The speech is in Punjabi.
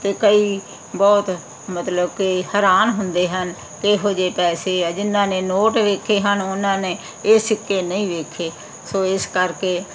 ਅਤੇ ਕਈ ਬਹੁਤ ਮਤਲਬ ਕਿ ਹੈਰਾਨ ਹੁੰਦੇ ਹਨ ਅਤੇ ਇਹੋ ਜਿਹੇ ਪੈਸੇ ਆ ਜਿਹਨਾਂ ਨੇ ਨੋਟ ਵੇਖੇ ਹਨ ਉਹਨਾਂ ਨੇ ਇਹ ਸਿੱਕੇ ਨਹੀਂ ਵੇਖੇ ਸੋ ਇਸ ਕਰਕੇ